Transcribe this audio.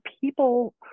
people